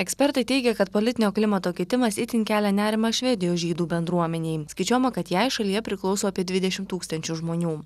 ekspertai teigia kad politinio klimato kitimas itin kelia nerimą švedijos žydų bendruomenei skaičiuojama kad jai šalyje priklauso apie dvidešim tūkstančių žmonių